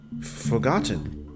Forgotten